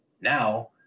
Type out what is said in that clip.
Now